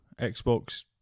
Xbox